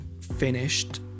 Finished